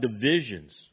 divisions